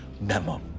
memo